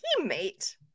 teammate